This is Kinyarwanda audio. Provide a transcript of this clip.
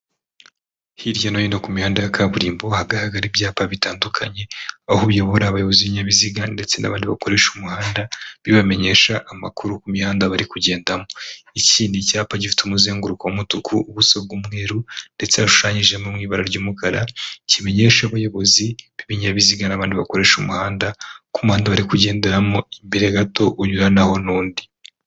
Hirya no hino ku mihanda ya kaburimbo ahagaragara ibyapa bitandukanye aho uyobora abayobozi b'ibinyabiziga ndetse n'abandi bakoresha umuhanda bibamenyesha amakuru ku mihanda bari kugendamo ikindi cyapa gifite umuzenguruko muto ku buso bw'umweru ndetse hashushanyijemo ibara ry'umukara kumenyesha abayobozi b'ibinyabiziga n'abandi bakoresha umuhanda kumuhanda bari kugenderamo imbere gato unyuranaho nundi.